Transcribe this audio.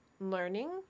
learning